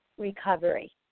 recovery